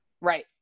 Right